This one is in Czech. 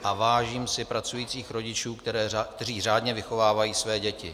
A vážím si pracujících rodičů, kteří řádně vychovávají své děti.